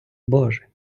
боже